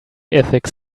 ethics